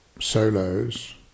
solos